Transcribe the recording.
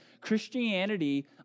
Christianity